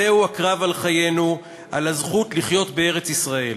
זהו הקרב על חיינו, על הזכות לחיות בארץ-ישראל.